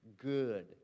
good